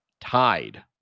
tied